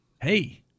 hey